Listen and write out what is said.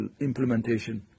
implementation